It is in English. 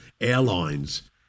airlines